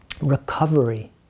Recovery